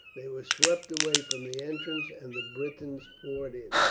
they were swept away from the entrance, and the britons poured in.